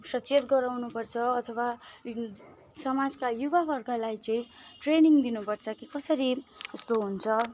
सचेत गराउनुपर्छ अथवा समाजका युवाबर्गलाई चाहिँ ट्रेनिङ दिनुपर्छ कि कसरी यस्तो हुन्छ